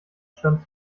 stand